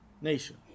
nation